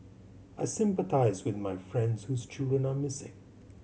I sympathise with my friends whose children are missing